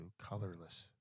Colorless